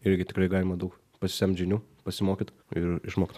irgi tikrai galima dau pasisemt žinių pasimokyt ir išmokt